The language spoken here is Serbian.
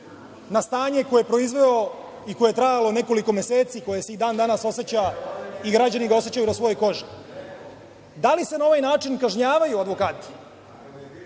na stanje koje je proizveo i koje je trajalo nekoliko meseci, koje se i dan danas oseća i građani ga osećaju na svojoj koži? Da li se na ovaj način kažnjavaju advokati